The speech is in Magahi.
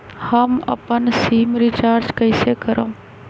हम अपन सिम रिचार्ज कइसे करम?